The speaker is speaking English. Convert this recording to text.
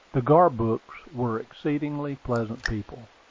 the garbrooks were exceedingly pleasant people.